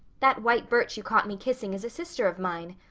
that white birch you caught me kissing is a sister of mine.